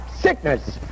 sickness